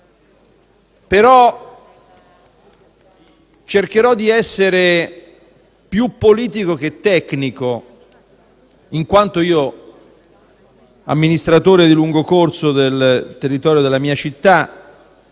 Cercherò di essere più politico che tecnico, essendo stato io amministratore di lungo corso del territorio della mia città